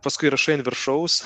paskui rašai ant viršaus